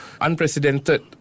unprecedented